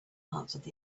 answered